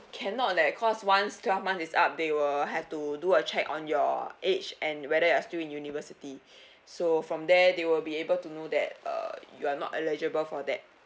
cannot leh cause once twelve months is up they will have to do a check on your age and whether you are still in university so from there they will be able to know that uh you are not eligible for that